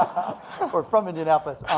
or from indianapolis.